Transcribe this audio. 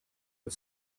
the